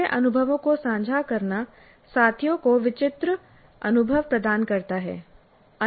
पिछले अनुभवों को साझा करना साथियों को विचित्र अनुभव प्रदान करता है